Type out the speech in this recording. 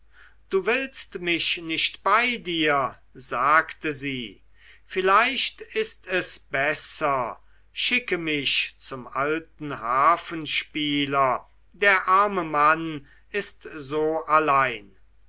du willst mich nicht bei dir sagte sie vielleicht ist es besser schicke mich zum alten harfenspieler der arme mann ist so allein